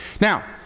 Now